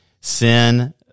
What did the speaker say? sin